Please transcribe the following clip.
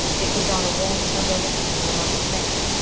it was on a warm sunday morning, in the month of may,